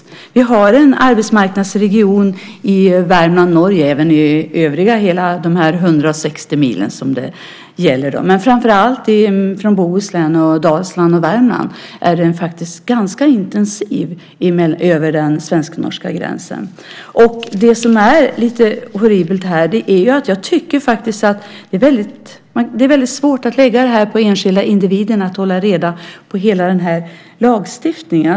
Det handlar alltså om arbetsmarknadsregionen i Värmland-Norge och de övriga 160 mil som det gäller här. Men framför allt i Bohuslän, Dalsland och Värmland är det ett ganska intensivt pendlande över den svensk-norska gränsen. Lite horribelt här, tycker jag, är att det är väldigt svårt att lägga på den enskilde individen att hålla reda på hela den här lagstiftningen.